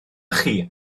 chi